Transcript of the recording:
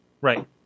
Right